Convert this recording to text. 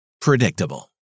Predictable